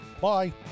Bye